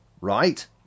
right